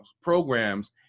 programs